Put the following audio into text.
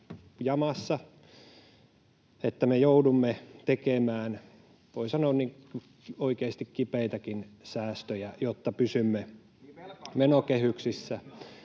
että me joudumme tekemään, voi sanoa, oikeasti kipeitäkin säästöjä, jotta pysymme menokehyksissä.